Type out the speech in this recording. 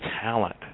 talent